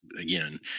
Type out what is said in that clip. Again